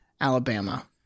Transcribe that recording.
Alabama